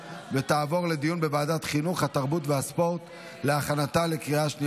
לוועדת החינוך, התרבות והספורט נתקבלה.